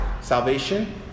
Salvation